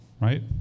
Right